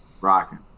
Rocking